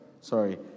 Sorry